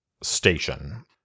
station